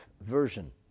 version